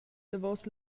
davos